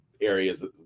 areas